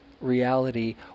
reality